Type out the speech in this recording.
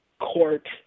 court